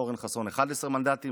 ואורן חסון 11 מנדטים.